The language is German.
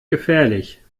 gefährlich